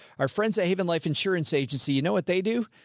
our friends at haven life insurance agency, you know what they do.